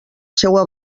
seua